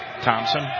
Thompson